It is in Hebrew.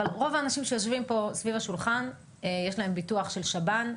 אבל רוב האנשים שיושבים פה סביב השולחן יש להם ביטוח של שב"ן,